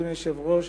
אדוני היושב-ראש,